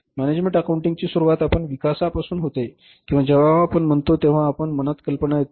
management अकाउंटिंगची सुरुवात उत्पादन विकासापासून होते किंवा जेव्हा आपण म्हणतो तेव्हा आपल्या मनात कल्पना येते